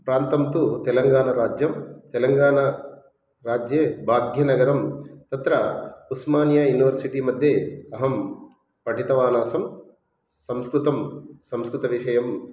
प्रान्तं तु तेलङ्गाणाराज्यं तेलङ्गाणाराज्ये भाग्यनगरं तत्र उस्मानिया यूनिवर्सिटी मध्ये अहं पठितवान् आसं संस्कृतं संस्कृतविषयं